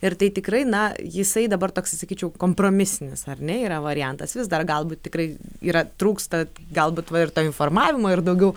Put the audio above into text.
ir tai tikrai na jisai dabar toksai sakyčiau kompromisinis ar ne yra variantas vis dar galbūt tikrai yra trūksta galbūt ir to informavimo ir daugiau